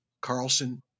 Carlson